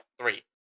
Three